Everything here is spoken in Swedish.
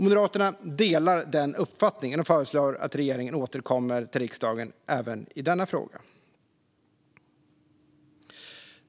Moderaterna delar den uppfattningen och föreslår att regeringen ska återkomma till riksdagen även i denna fråga.